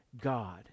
God